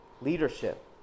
leadership